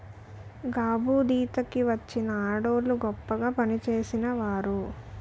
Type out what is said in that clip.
గాబుదీత కి వచ్చిన ఆడవోళ్ళు గొప్పగా పనిచేసినారు